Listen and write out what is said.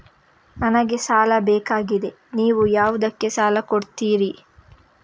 ನನಗೆ ಸಾಲ ಬೇಕಾಗಿದೆ, ನೀವು ಯಾವುದಕ್ಕೆ ಸಾಲ ಕೊಡ್ತೀರಿ?